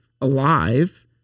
alive